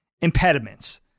impediments